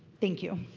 thank you.